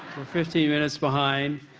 we're fifteen minutes behind.